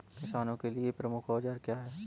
किसानों के लिए प्रमुख औजार क्या हैं?